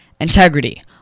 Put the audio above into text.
integrity